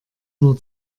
nur